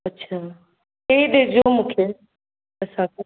अच्छा टे ॾिजो मूंखे असांखे